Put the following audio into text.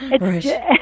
Right